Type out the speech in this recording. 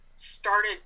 Started